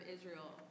Israel